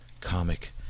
comic